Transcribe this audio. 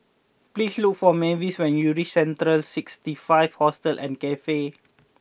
please look for Mavis when you reach Central sixty five Hostel and Cafe